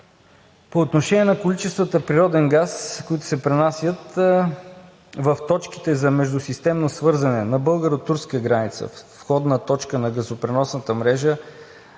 По отношение на количествата природен газ, които се пренасят в точките за междусистемно свързване на българо-турска граница, входна точка на Газопреносната мрежа